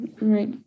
Right